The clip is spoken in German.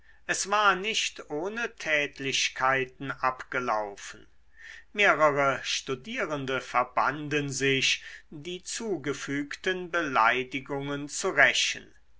es war nicht ohne tätlichkeiten abgelaufen mehrere studierende verbanden sich die zugefügten beleidigungen zu rächen